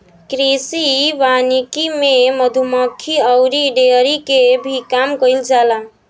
कृषि वानिकी में मधुमक्खी अउरी डेयरी के भी काम कईल जाला